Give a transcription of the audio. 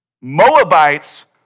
Moabites